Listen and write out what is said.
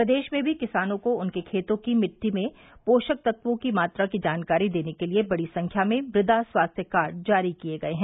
प्रदेश में भी किसानों को उनके खेतों की मिटटी में पोषक तत्वों की मात्रा की जानकारी देने के लिए बड़ी संख्या में मुदा स्वास्थ्य कार्ड जारी किए गये हैं